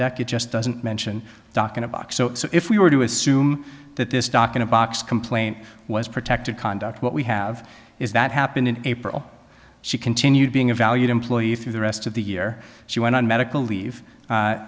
deck it just doesn't mention doc in a box so if we were to assume that this doc in a box complaint was protected conduct what we have is that happened in april she continued being a valued employee through the rest of the year she went on medical leave